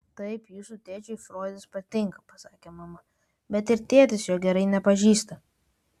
taip jūsų tėčiui froidas patinka pasakė mama bet ir tėtis jo gerai nepažįsta